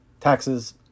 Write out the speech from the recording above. Taxes